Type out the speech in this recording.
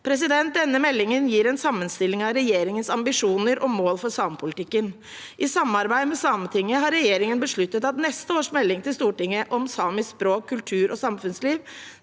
Denne meldingen gir en sammenstilling av regjeringens ambisjoner og mål for samepolitikken. I samarbeid med Sametinget har regjeringen besluttet at neste års melding til Stortinget om samisk språk, kultur og samfunnsliv